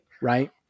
right